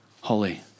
holy